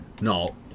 No